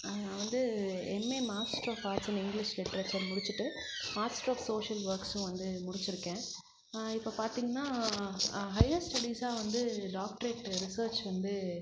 நான் வந்து MA master of arts in English literature முடிச்சிவிட்டு மாஸ்டர் ஆஃப் சோஷியல் ஒர்க்ஸும் வந்து முடிச்சுருக்கேன் இப்போ பார்த்திங்கனா ஹையர் ஸ்டடீஸாக வந்து டாக்ட்ரேட்டு ரிசர்ச் வந்து